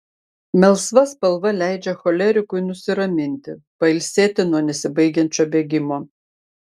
melsva spalva leidžia cholerikui nusiraminti pailsėti nuo nesibaigiančio bėgimo